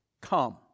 come